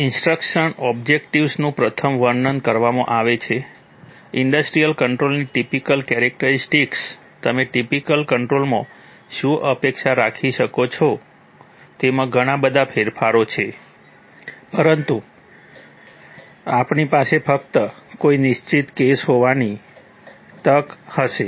instructional ઓબ્જેક્ટિવ્સનું પ્રથમ વર્ણન કરવામાં આવે છે ઈન્ડસ્ટ્રિયલ કંટ્રોલરની ટીપીકલ કેરેક્ટરિસ્ટિકસ તમે ટીપીકલ કંટ્રોલરમાં શું અપેક્ષા રાખી શકો છો તેમાં ઘણા બધા ફેરફારો છે પરંતુ આપણી પાસે ફક્ત કોઈ નિશ્ચિત કેસ જોવાની તક હશે